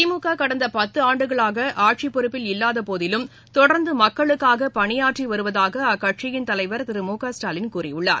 திமுககடந்தபத்தாண்டுகளாகஆட்சிபொறுப்பில் இல்லாதபோதிலும் தொடர்ந்துமக்களுக்காகபணியாற்றிவருவதாகஅக்கட்சியின் தலைவர் திரு மு க ஸ்டாலின் கூறியுள்ளார்